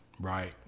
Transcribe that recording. Right